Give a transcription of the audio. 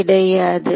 கிடையாது